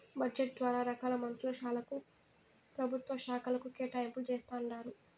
budget ద్వారా రకాల మంత్రుల శాలకు, పెభుత్వ శాకలకు కేటాయింపులు జేస్తండారు